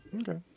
Okay